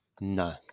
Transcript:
No